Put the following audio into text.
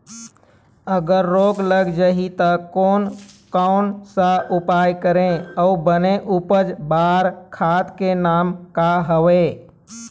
अगर रोग लग जाही ता कोन कौन सा उपाय करें अउ बने उपज बार खाद के नाम का हवे?